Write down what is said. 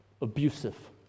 abusive